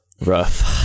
Rough